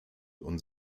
und